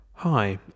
Hi